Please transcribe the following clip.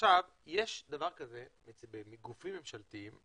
בגופים ממשלתיים,